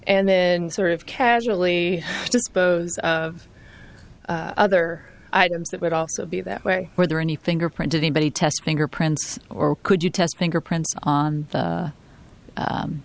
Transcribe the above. and then sort of casually dispose of other items that would also be that way are there any fingerprints anybody test fingerprints or could you test fingerprints on the